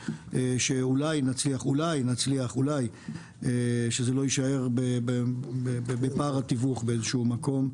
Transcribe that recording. שאולי נצליח ושזה לא יישאר בפער התיווך באיזשהו מקום.